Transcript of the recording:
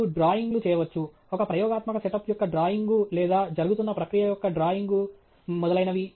మీరు డ్రాయింగ్లు చేయవచ్చు ఒక ప్రయోగాత్మక సెటప్ యొక్క డ్రాయింగ్లు లేదా జరుగుతున్న ప్రక్రియ యొక్క డ్రాయింగ్లు మొదలైనవి